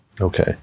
okay